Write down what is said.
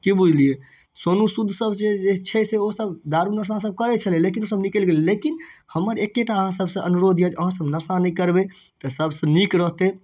की बुझलियै सोनू सूद सब जे छै से ओ सब दारु नशा सब करै छलै लेकिन सब निकलि गेलै लेकिन हमर एकेटा अहाँ सबसँ अनुरोध यऽ जे अहाँ सब नशा नहि करबै तऽ सबसँ नीक रहतै